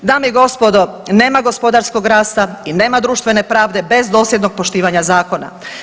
Dame i gospodo, nema gospodarskog rasta i nema društvene pravde bez dosljednog poštivanja zakona.